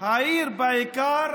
העיר היא בעיקר